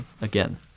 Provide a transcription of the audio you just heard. again